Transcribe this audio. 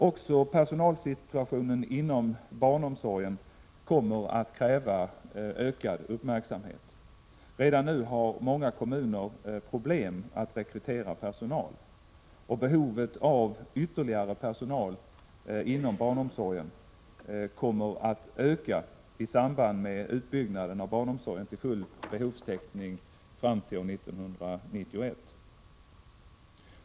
Också personalsituationen inom barnomsorgen kommer att kräva ökad uppmärksamhet. Redan nu har många kommuner problem med att rekrytera personal. Behovet av ytterligare personal inom barnomsorgen kommer att öka i samband med utbyggnaden av barnomsorgen till full behovstäckning fram till 1991.